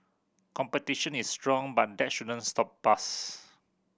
competition is strong but that shouldn't stop us